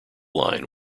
line